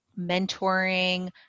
mentoring